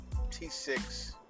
t6